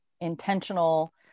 intentional